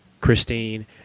Christine